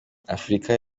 afurika